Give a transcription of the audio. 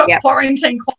quarantine